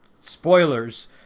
spoilers